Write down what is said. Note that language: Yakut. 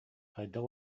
хайдах